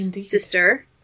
sister